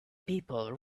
people